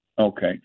Okay